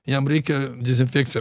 jam reikia dezinfekciją